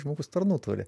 žmogus tarnų turi